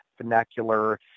vernacular